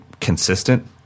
consistent